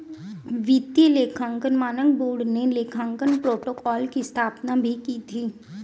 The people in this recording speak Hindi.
वित्तीय लेखांकन मानक बोर्ड ने लेखांकन प्रोटोकॉल की स्थापना भी की थी